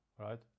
right